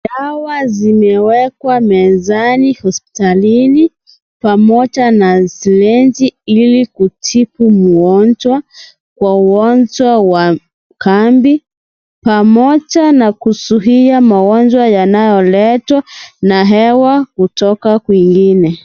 Dawa zimewekwa mezani hospitalini ,pamoja na saplimenti ili kutibu mgonjwa kwa ugonjwa wa kambi ,pamoja na kuzuia magonjwa yanayoletwa na hewa kutoka kwingine.